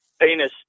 penis